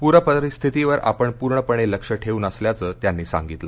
प्रपस्थितीवर आपण प्र्णपणे लक्ष ठेऊन असल्याचे त्यांनी सांगितलं